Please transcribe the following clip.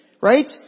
right